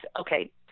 Okay